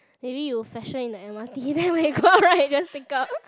maybe you fashion in the M_R_T then when you go out right just take out